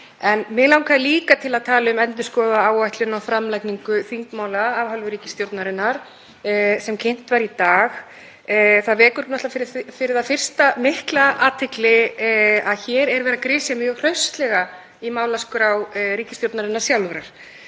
En mig langaði líka til að tala um endurskoðaða áætlun um framlagningu þingmála af hálfu ríkisstjórnarinnar sem kynnt var í dag. Það vekur fyrir það fyrsta mikla athygli að þar er verið að grisja mjög hraustlega í málaskrá ríkisstjórnarinnar sjálfrar.